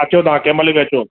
अचो तव्हां कंहिंमहिल बि अचो